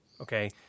okay